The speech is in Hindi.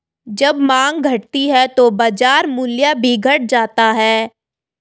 जब माँग घटती है तो बाजार मूल्य भी घट जाता है